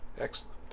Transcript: excellent